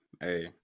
hey